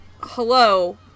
hello